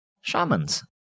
shamans